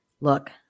Look